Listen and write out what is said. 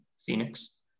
Phoenix